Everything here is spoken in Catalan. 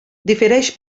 difereix